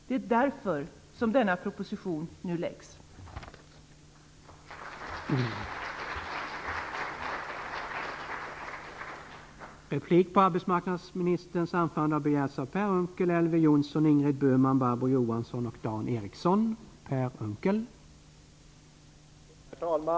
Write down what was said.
Det är därför som denna proposition nu läggs fram.